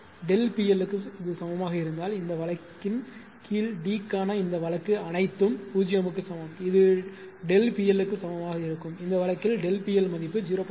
ΔP L க்கு சமமாக இருந்தால் இந்த வழக்கின் கீழ் D க்கான இந்த வழக்கு அனைத்தும் 0 க்கு சமம் அது ΔP L க்கு சமமாக இருக்கும் இந்த வழக்கில் ΔP L மதிப்பு 0